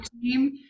team